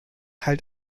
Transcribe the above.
halt